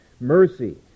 mercy